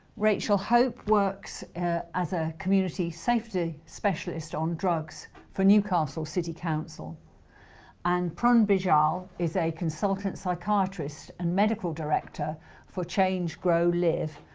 rachael hope works as a community safety specialist on drugs for newcastle city council and prun bijral is a consultant psychiatrist and medical director for change grow live,